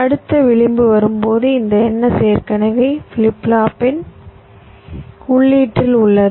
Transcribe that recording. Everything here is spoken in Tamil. அடுத்த விளிம்பு வரும்போது இந்த NS ஏற்கனவே ஃபிளிப் ஃப்ளாப்பின் உள்ளீட்டில் உள்ளது